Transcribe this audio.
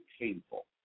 painful